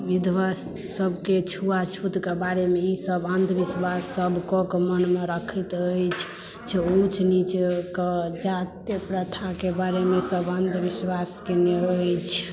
विधवा सभके छुआछूतके बारेमे ईसभ अंध विश्वास सभ कऽ कऽ मनमे राखैत अछि जे ऊँच नीचक जाति प्रथाके बारेमे सभ अन्ध विश्वास कयने अछि